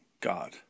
God